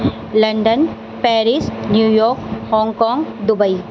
London Paris New York Hong Kong Dubai